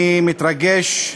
אני מתרגש,